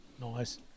Nice